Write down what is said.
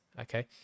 okay